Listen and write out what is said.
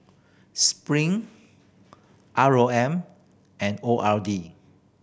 Spring R O M and O R D